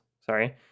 sorry